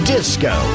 Disco